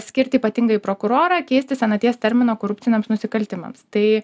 skirti ypatingąjį prokurorą keisti senaties terminą korupciniams nusikaltimams tai